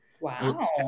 Wow